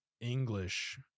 English